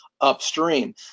upstream